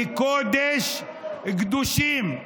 היא קודש הקודשים.